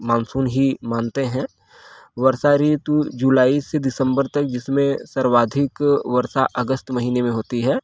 monsoon ही मानते हैं वर्षा ऋतु जुलाई से दिसम्बर तक जिसमें सर्वाधिक वर्षा अगस्त महीने में होती है